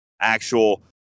actual